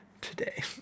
today